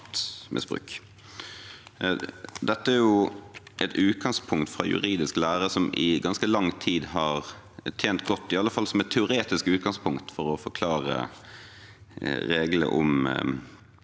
Dette er et utgangspunkt fra juridisk lære som i ganske lang tid har tjent godt, i alle fall som et teoretisk utgangspunkt, for å forklare regler om